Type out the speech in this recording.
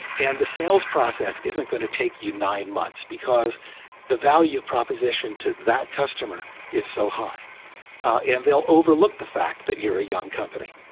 and the sales process isn't going to take you nine months, because the value proposition to that customer is so high and they'll overlook the fact that you're a young company.